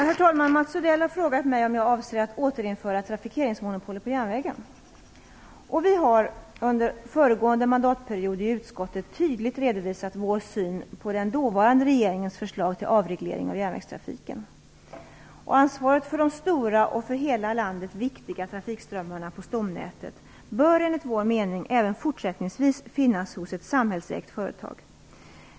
Herr talman! Mats Odell har frågat mig om jag avser att återinföra trafikeringsmonopolet på järnvägen. Vi har under föregående mandatperiod i utskottet tydligt redovisat vår syn på den dåvarande regeringens förslag till avreglering av järnvägstrafiken. Ansvaret för de stora och för hela landet viktiga trafikströmmarna på stomnätet bör, enligt vår mening, även fortsättningsvis finnas hos ett samhällsägt företag.